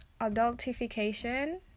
adultification